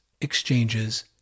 exchanges